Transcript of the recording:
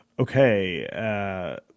Okay